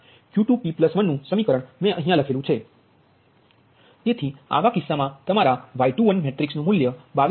Q2p1 V2pV1Y21sin 21 2p1 V22Y22sin 22 V2V3pY23sin 23 2p3 તેથી અવા કિસ્સામાં તમારા Y21 મેટ્રિક્સ નુ મૂલ્ય 22